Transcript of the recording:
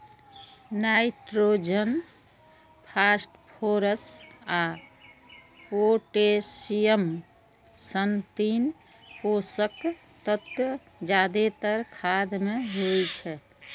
nitrogen, phosphorus आ potassium सन तीन पोषक तत्व जादेतर खाद मे होइ छै